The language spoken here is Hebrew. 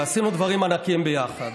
ועשינו דברים ענקיים ביחד.